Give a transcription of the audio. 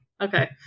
Okay